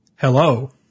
Hello